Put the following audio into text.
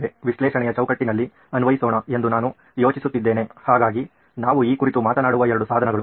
ವಿಶ್ಲೇಷಣೆಯ ಚೌಕಟ್ಟನಲ್ಲಿ ಅನ್ವಯಿಸೋಣ ಎಂದು ನಾನು ಯೋಚಿಸುತ್ತಿದ್ದೇನೆ ಹಾಗಾಗಿ ನಾವು ಈ ಕುರಿತು ಮಾತನಾಡುವ ಎರಡು ಸಾಧನಗಳು